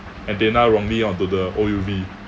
antenna wrongly onto the O_U_V